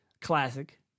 classic